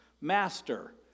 Master